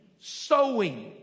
sowing